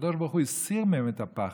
כשהקדוש ברוך הוא הסיר מהם את הפחד,